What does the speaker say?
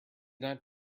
not